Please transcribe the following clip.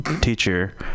teacher